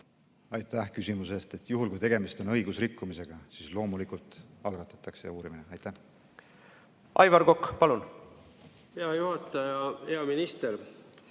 Aitäh küsimuse eest! Juhul, kui tegemist on õiguserikkumisega, siis loomulikult algatatakse uurimine. Aivar Kokk, palun! Aivar Kokk, palun! Hea juhataja! Hea minister!